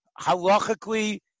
halachically